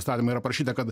įstatyme yra parašyta kad